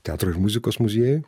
teatro ir muzikos muziejui